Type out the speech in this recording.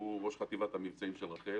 שהוא ראש חטיבת המבצעים של רח"ל.